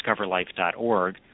discoverlife.org